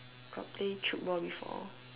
got play tchoukball before